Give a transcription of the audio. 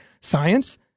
science